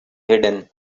hidden